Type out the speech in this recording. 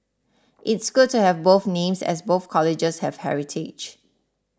it's good to have both names as both colleges have heritage